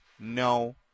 No